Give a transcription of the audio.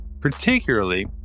Particularly